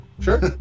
Sure